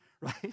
right